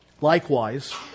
Likewise